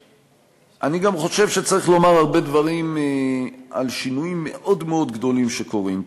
אני גם חושב שצריך לומר הרבה דברים על שינויים מאוד מאוד גדולים שקורים.